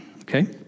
okay